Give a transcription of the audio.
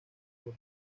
por